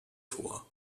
vor